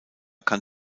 kann